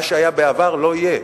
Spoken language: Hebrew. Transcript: מה שהיה בעבר לא יהיה.